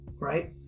Right